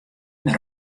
mear